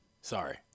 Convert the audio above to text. Sorry